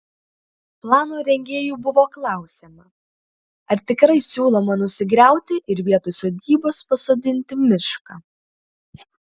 plano rengėjų buvo klausiama ar tikrai siūloma nusigriauti ir vietoj sodybos pasodinti mišką